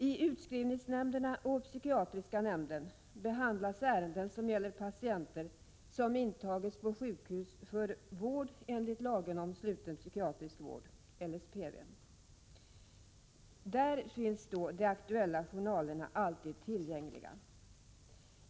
I utskrivningsnämnderna och den psykiatriska nämnden behandlas ärenden som gäller patienter som intagits på sjukhus för vård enligt lagen om sluten psykiatrisk vård, LSPV, och då finns de aktuella journalerna alltid tillgängliga.